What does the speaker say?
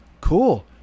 Cool